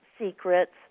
secrets